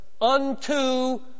unto